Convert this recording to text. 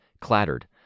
clattered